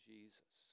Jesus